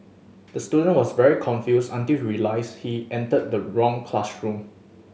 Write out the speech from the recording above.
the student was very confused until he realised he entered the wrong classroom